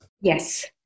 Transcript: Yes